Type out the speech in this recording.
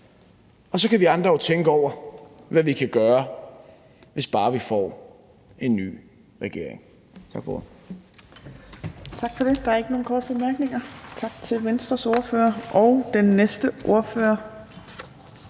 og så kan vi andre jo tænke over, hvad vi kan gøre, hvis bare vi får en ny regering. Tak for ordet. Kl. 16:49 Fjerde næstformand (Trine Torp): Tak til Venstres ordfører. Der er ikke